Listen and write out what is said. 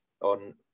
on